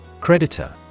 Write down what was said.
Creditor